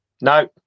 No